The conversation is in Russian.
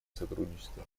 сотрудничества